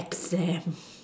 exam